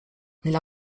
nella